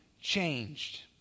changed